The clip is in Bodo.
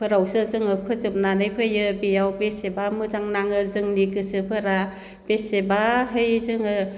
जोङो फोजोबनानै फैयो बेयाव बेसेबा मोजां नाङो जोंनि गोसोफोरा बेसेबाहै जोङो